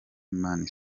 man